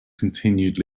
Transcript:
continued